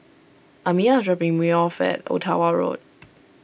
Amiyah is dropping me off at Ottawa Road